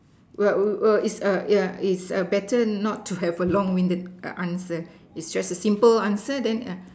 where where is a yeah is a better not to have a long winded answer is just a simple answer then yeah